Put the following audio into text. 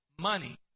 money